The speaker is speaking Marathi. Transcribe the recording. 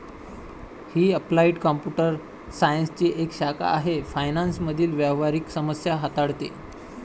ही अप्लाइड कॉम्प्युटर सायन्सची एक शाखा आहे फायनान्स मधील व्यावहारिक समस्या हाताळते